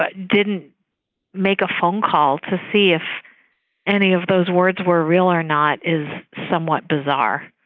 but didn't make a phone call to see if any of those words were real or not is somewhat bizarre.